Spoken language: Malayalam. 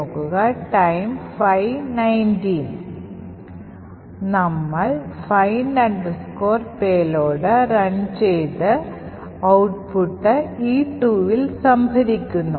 നമ്മൾ find payload റൺ ചെയ്തു ഔട്ട്പുട്ട് E2ൽ സംഭരിക്കുന്നു